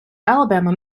alabama